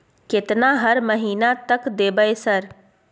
केतना हर महीना तक देबय सर?